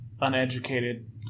uneducated